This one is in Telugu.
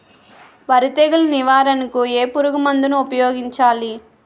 వరి తెగుల నివారణకు ఏ పురుగు మందు ను ఊపాయోగించలి?